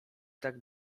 tak